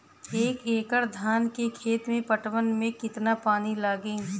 एक एकड़ धान के खेत के पटवन मे कितना पानी लागि?